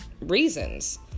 reasons